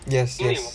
yes yes